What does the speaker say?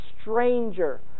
stranger